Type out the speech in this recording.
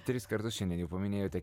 tris kartus šiandien jau paminėjote